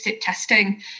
testing